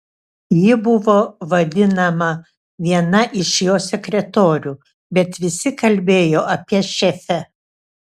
ji buvo vadinama viena iš jo sekretorių bet visi kalbėjo apie šefę